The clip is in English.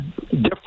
different